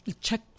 check